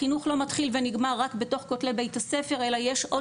החינוך לא מתחיל ונגמר רק בתוך כתלי בית הספר אלא יש עוד